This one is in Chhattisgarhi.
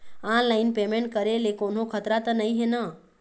ऑनलाइन पेमेंट करे ले कोन्हो खतरा त नई हे न?